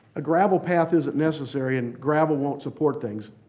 a gravel path isn't necessary, and gravel won't support things.